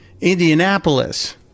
Indianapolis